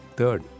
Third